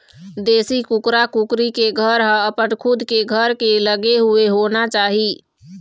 देशी कुकरा कुकरी के घर ह अपन खुद के घर ले लगे हुए होना चाही